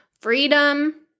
freedom